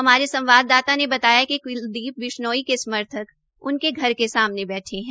हमारे संवाददाता ने बताया कि क्लदीप बिश्नोई के समर्थक उनके घर के सामने बैठे है